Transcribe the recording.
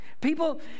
People